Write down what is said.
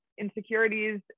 insecurities